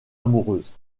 amoureuse